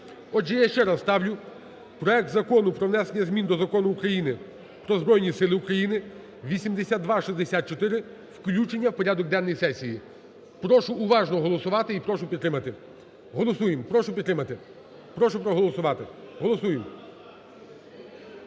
Отже, я ще раз ставлю проект Закону про внесення змін до Закону України "Про Збройні Сили України" (8264), включення в порядок денний сесії. Прошу уважно голосувати і прошу підтримати. Голосуємо, прошу підтримати, прошу проголосувати. Голосуємо.